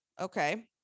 Okay